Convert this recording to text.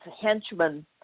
henchmen